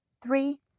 three